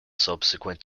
subsequent